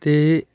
ਅਤੇ